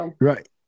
Right